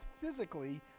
physically